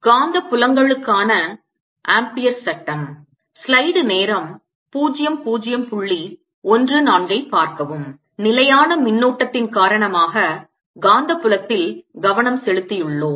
காந்த புலங்களுக்கான ஆம்பியர் சட்டம் நிலையான மின்னோட்டத்தின் காரணமாக காந்தப்புலத்தில் கவனம் செலுத்தியுள்ளோம்